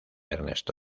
ernesto